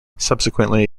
subsequently